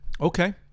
Okay